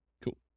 Cool